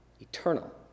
eternal